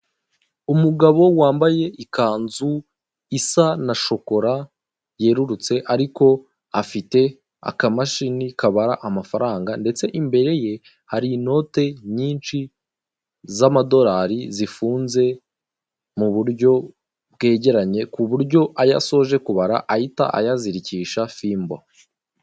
Umugabo wambaye ikanzu isa na shokora yerurutse ariko afite akamashini kabara amafaranga ndetse imbere ye hari inote nyinshi z'amadorari zifunze mu buryo bwegeranye ku buryo ayo asoje kubara ahita ayazirikisha fimbo.